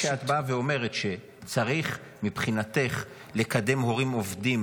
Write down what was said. זה שאת באה ואומרת שצריך מבחינתך לקדם הורים עובדים